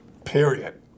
period